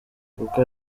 kuko